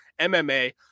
MMA